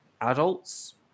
adults